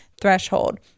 threshold